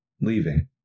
leaving